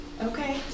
Okay